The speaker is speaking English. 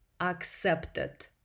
ACCEPTED